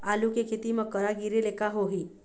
आलू के खेती म करा गिरेले का होही?